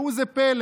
וראו זה פלא,